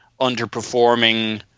underperforming